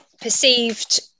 perceived